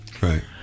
Right